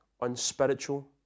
unspiritual